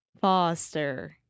foster